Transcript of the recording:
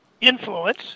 influence